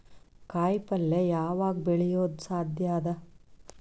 ಕಾಯಿಪಲ್ಯ ಯಾವಗ್ ಬೆಳಿಯೋದು ಸಾಧ್ಯ ಅದ?